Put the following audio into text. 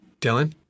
Dylan